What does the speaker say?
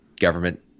government